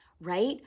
Right